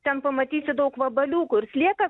ten pamatysi daug vabaliukų ir slieką